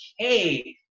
okay